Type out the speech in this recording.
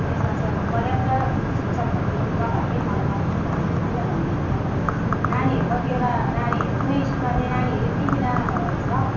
त्यसमा चाहिँ अब पर्याप्त शिक्षकहरू नभएकै मलाई महसुस लाग्छ किनभनेदेखि अब नानीहरू कतिवटा नानी कुनै स्कुलमा चाहिँ नानीहरू यति बिघ्न छ